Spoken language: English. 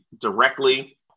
directly